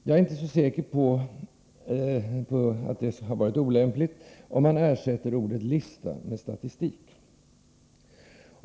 Jag är inte så säker på att det skulle vara olämpligt om man ersatte ordet lista med ordet statistik.